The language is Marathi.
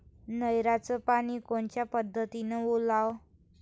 नयराचं पानी कोनच्या पद्धतीनं ओलाव?